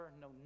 no